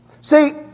See